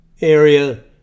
area